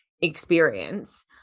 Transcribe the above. experience